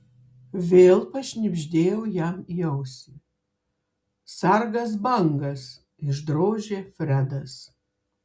vėl pašnibždėjau jam į ausį sargas bangas išdrožė fredas